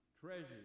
treasures